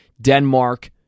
denmark